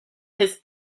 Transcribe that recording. his